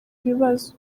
ibibazo